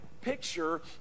picture